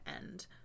end